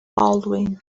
baldwin